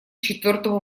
четвертому